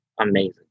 amazing